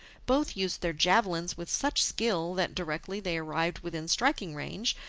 both used their javelins with such skill that, directly they arrived within striking range,